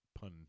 pun